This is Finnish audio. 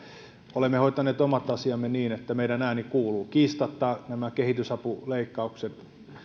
olemme hoitaneet omat asiamme niin että meidän äänemme kuuluu kehitysapuleikkaukset